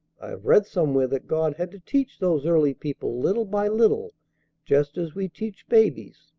i have read somewhere that god had to teach those early people little by little just as we teach babies,